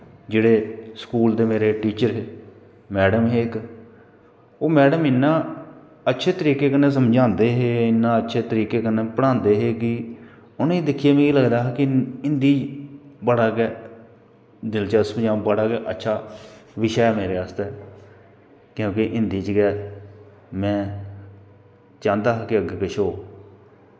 जेह्ड़े स्कूल दे मेरे टीचर हे मैडम हे इक ओह् मैडम इ'न्ना अच्छे तरीके कन्नै समझांदे हे इन्ना अच्छे तरीके कन्नै पढ़ांदे हे कि उ'नेंगी दिक्खियै मिगी लगदा हा कि हिन्दी बड़ा गै दिलचस्प जां बड़ा गै अच्छा बिशे ऐ मेरे आस्तै क्योंकि हिन्दी च गै मै चांह्दा हा कि अग्गै किश होऐ